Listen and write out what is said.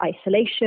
isolation